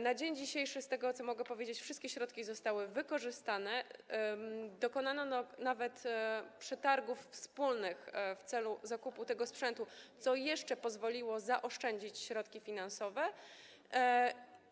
Na dzień dzisiejszy, z tego, co mogę powiedzieć, wszystkie środki zostały wykorzystane, przeprowadzono nawet wspólne przetargi w celu zakupu tego sprzętu, co jeszcze pozwoliło zaoszczędzić środki finansowe,